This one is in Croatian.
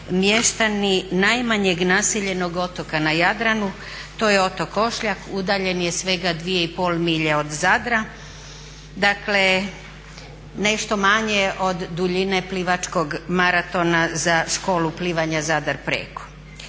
mještani najmanjeg naseljenog otoka na Jadranu, to je otok Ošljak, udaljen je svega 2,5 milje od Zadra, dakle nešto manje od duljine plivačkog maratona za školu plivanja Zadar preko.